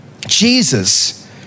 Jesus